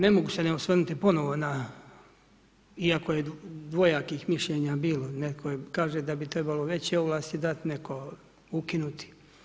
Ne mogu se ne osvrnuti ponovo na, iako je dvojakih mišljenja bilo, netko kaže da bi trebalo veće ovlasti dati, netko ukinuti.